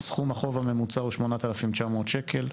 סכום החוב בממוצע הוא 8,900 שקלים.